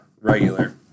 regular